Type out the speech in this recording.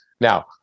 Now